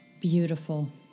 beautiful